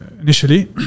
initially